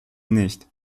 nicht